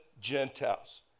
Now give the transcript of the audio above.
Gentiles